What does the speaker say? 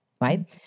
right